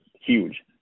huge